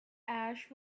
ash